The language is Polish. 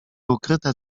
ukryte